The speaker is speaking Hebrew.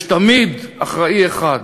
יש תמיד אחראי אחד.